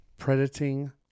predating